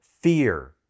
fear